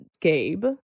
Gabe